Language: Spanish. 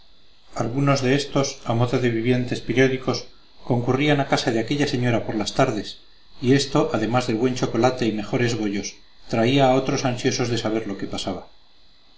algunos de éstos a modo de vivientes periódicos concurrían a casa de aquella señora por las tardes y esto además del buen chocolate y mejores bollos atraía a otros ansiosos de saber lo que pasaba